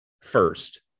first